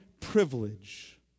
Privilege